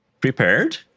Prepared